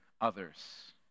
others